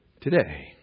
today